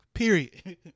Period